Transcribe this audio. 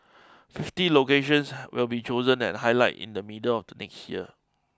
fifty locations will be chosen and highlighted in the middle of next year